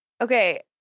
Okay